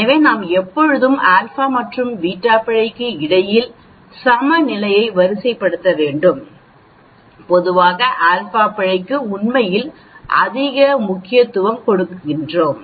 எனவே நாம் எப்போதுமே α மற்றும் β பிழைக்கு இடையில் சமநிலையை வரிசைப்படுத்த வேண்டும் பொதுவாக ஆல்பா பிழைக்கு உண்மையில் அதிக முக்கியத்துவம் கொடுக்கிறோம்